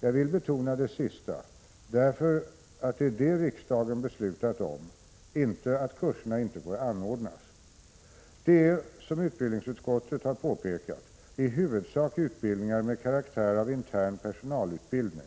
Jag vill betona det sista, därför att det är det som riksdagen beslutat om, inte att kurserna inte får anordnas. Det är, som utbildningsutskottet har påpekat, i huvudsak utbildningar med karaktär av intern personalutbildning.